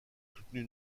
soutenue